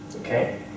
okay